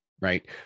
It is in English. right